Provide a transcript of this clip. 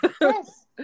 Yes